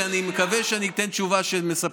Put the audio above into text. ואני מקווה שאני אתן תשובה מספקת.